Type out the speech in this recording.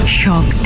shock